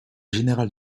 général